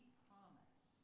promise